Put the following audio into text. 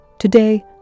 Today